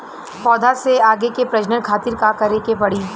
पौधा से आगे के प्रजनन खातिर का करे के पड़ी?